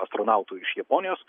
astronautu iš japonijos